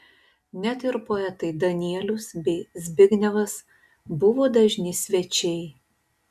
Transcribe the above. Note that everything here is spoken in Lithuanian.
net ir poetai danielius bei zbignevas buvo dažni svečiai